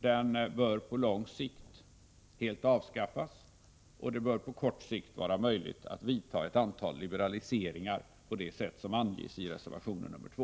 Den bör på lång sikt helt avskaffas, och det bör på kort sikt vara möjligt att göra ett antal liberaliseringar på det sätt som anges i reservation nr 2.